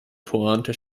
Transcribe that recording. pointe